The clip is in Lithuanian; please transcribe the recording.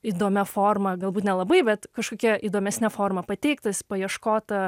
įdomia forma galbūt nelabai bet kažkokia įdomesne forma pateiktas paieškoti